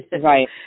Right